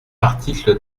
article